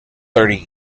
thirty